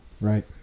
Right